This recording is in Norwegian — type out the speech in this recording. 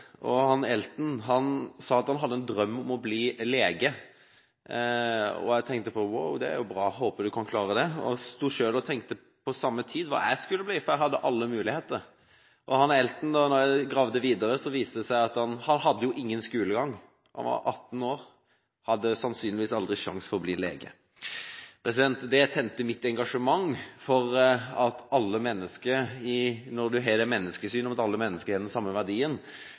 at han hadde en drøm om å bli lege. Jeg tenkte at det var bra, og jeg håpet at han kunne klare det. Jeg sto selv og tenkte på samme tid på hva jeg skulle bli, for jeg hadde alle muligheter. Da jeg gravde videre, viste det seg at Elton hadde ingen skolegang. Han var 18 år, og hadde sannsynligvis aldri sjansen til å bli lege. Det tente mitt engasjement. Når en har det menneskesynet at alle mennesker har den samme verdien,